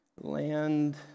land